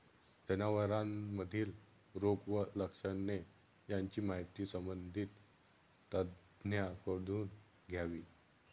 जनावरांमधील रोग व लक्षणे यांची माहिती संबंधित तज्ज्ञांकडून घ्यावी